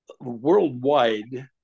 worldwide